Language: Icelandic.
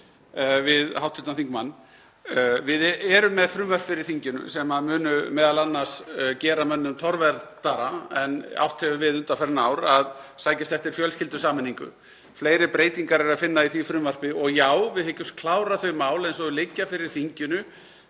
Við erum með frumvarp fyrir þinginu sem mun m.a. gera mönnum torveldara en átt hefur við undanfarin ár að sækjast eftir fjölskyldusameiningu. Fleiri breytingar er að finna í því frumvarpi og já, við hyggjumst klára þau mál eins og þau liggja fyrir þinginu